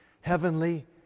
heavenly